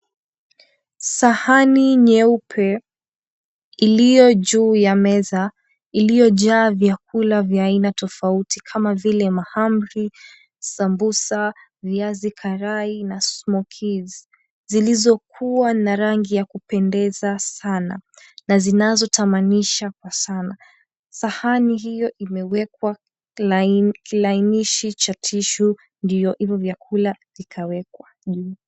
Sahani nyeupe ilio juu ya meza iliyojaa vyakula vya aina tofauti kama vile mahamri, sambusa, viazi karai na smokies zilizokuwa na rangi ya kupendeza sana na zinazotamanisha kwa sana. Sahani hio imewekwa kilainishi cha tissue ndio hivyo vyakula vikawekwa juu.